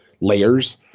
layers